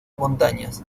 montañas